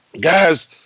guys